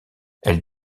elle